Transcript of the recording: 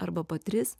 arba po tris